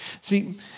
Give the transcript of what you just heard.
See